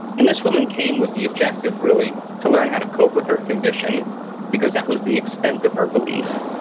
and this woman came with the objective really to learn how to cope with her condition because that was the extent of her belief.